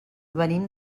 venim